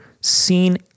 seen